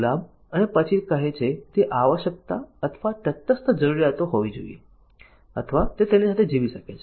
ગુલાબ અને પછી તે કહે છે કે તે આવશ્યકતા અથવા તટસ્થ જરૂરિયાતો હોવી જોઈએ અથવા તે તેની સાથે જીવી શકે છે